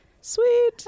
sweet